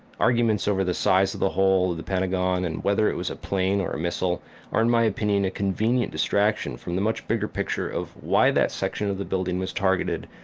arguments over the size of the hole at the pentagon and whether it was a plane or a missile are, in my opinion, a convenient distraction from the much bigger picture of why that section of the building was targeted,